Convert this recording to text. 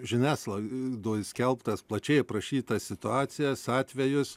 žiniasklaidoj skelbtas plačiai aprašytas situacijas atvejus